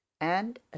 And